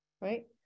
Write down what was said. right